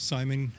Simon